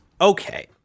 Okay